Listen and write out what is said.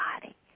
body